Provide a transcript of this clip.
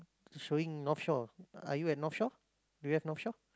showing Northshore are you at Northshore do you have Northshore